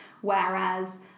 whereas